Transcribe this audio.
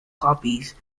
copies